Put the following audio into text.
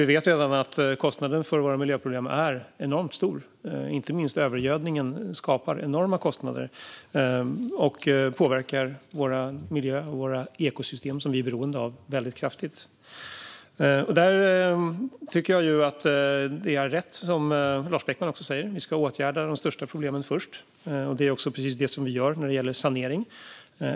Vi vet redan att kostnaden för våra miljöproblem är enormt stor. Inte minst övergödningen skapar enorma kostnader och påverkar vår miljö och våra ekosystem, som vi är beroende av, väldigt kraftigt. Där tycker jag att det Lars Beckman säger är rätt: Vi ska åtgärda de största problemen först. Det är också precis det vi gör när det gäller sanering.